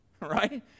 right